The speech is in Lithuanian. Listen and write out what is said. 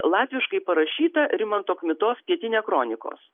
latviškai parašyta rimanto kmitos pietinia kronikos